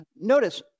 Notice